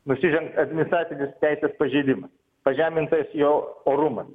nusižengta administracinis teisės pažeidimas pažemintas jo orumas